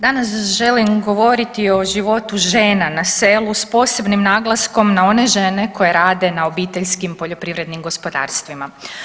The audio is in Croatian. Danas želim govoriti o životu žena na selu s posebnim naglaskom na one žene koje rade na obiteljskim poljoprivrednim gospodarstvima.